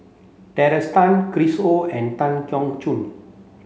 Tracey Tan Chris Ho and Tan Keong Choon